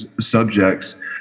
subjects